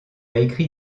écrit